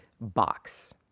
box